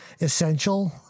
essential